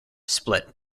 split